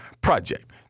Project